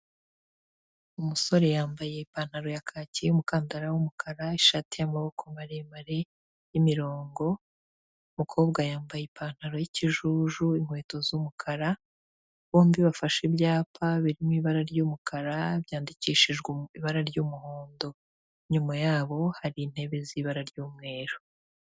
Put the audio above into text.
Umusore yambaye ipantaro ya kacyi, umukandara w'umukara, ishati y'amaboko maremare y'imirongo, umukobwa yambaye ipantaro y'ikijuju, inkweto z'umukara, bombi bafashe ibyapa biri mu ibara ry'umukara, byandikishijwe mu ibara ry'umuhondo, inyuma yabo hari intebe z'ibara ry'umweru.